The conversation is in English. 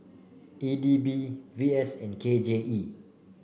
E D B V S and K J E